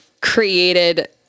created